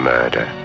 murder